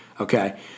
Okay